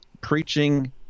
preaching